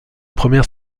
première